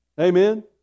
Amen